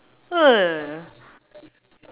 !huh!